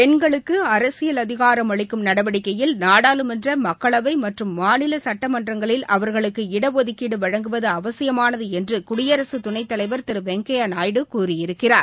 பெண்களுக்கு அரசியல் அதிகாரம் அளிக்கும் நடவடிக்கையில் நாடாளுமன்ற மக்களவை மற்றும் மாநில் சட்ட மன்றங்களில் அவர்களுக்கு இடஒதுக்கீடு வழங்குவது அவசியமானது என்று குடியரசு துணைத்தலைவர் திரு வெங்கையா நாயுடு கூறியிருக்கிறார்